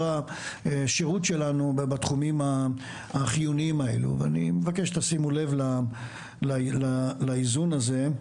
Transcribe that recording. השירות שלנו בתחומים החיוניים האלו ואני מבקש שתשימו לב לאיזון הזה.